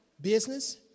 business